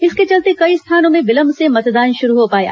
इसके चलते कई स्थानों में विलंब से मतदान शुरू हो पाया